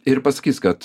ir pasakys kad